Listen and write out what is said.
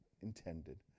intended